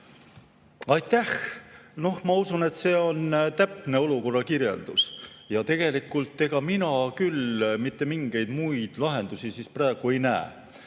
Aitäh! Ma usun, et see on täpne olukorra kirjeldus. Tegelikult, ega mina küll mitte mingeid muid lahendusi siin praegu ei näe.